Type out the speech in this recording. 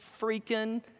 freaking